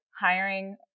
hiring